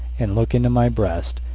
and look into my breast,